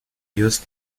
used